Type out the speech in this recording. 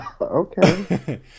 Okay